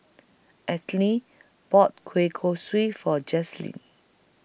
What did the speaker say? Ethyl bought Kueh Kosui For Jazlyn